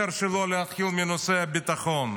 אי-אפשר שלא להתחיל מנושא הביטחון.